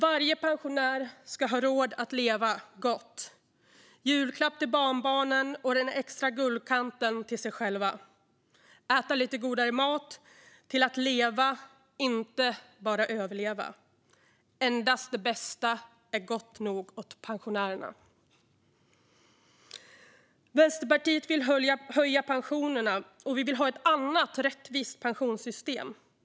Varje pensionär ska ha råd att leva gott - julklapp till barnbarnen, den extra guldkanten till sig själv, äta lite godare mat, leva och inte bara överleva. Endast det bästa är gott nog åt pensionärerna. Vänsterpartiet vill höja pensionerna. Vi vill ha ett annat, rättvist pensionssystem.